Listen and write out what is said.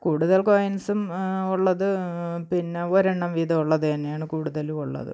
കൂടുതല് കോയിന്സ്സും ഉള്ളത് പിന്നെ ഒരെണ്ണം വീതമുള്ളത് തന്നെയാണ് കൂടുതലുമുള്ളത്